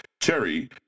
Cherry